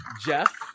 Jeff